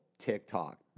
TikTok